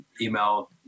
email